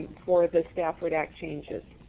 for the stafford act changes.